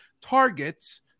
targets